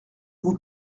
vous